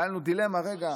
הייתה לנו קצת דילמה: רגע,